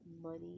money